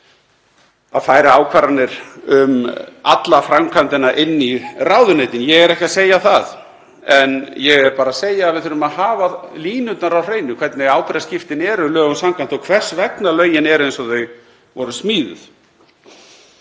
að færa ákvarðanir um alla framkvæmdina inn í ráðuneytin. Ég er ekki að segja það. En við þurfum að hafa línurnar á hreinu, hvernig ábyrgðarskiptin eru lögum samkvæmt og hvers vegna lögin eru eins og þau voru smíðuð.